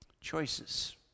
Choices